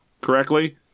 correctly